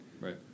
right